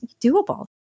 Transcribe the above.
doable